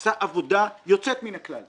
עשה עבודה יוצאת מן הכלל,